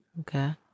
Okay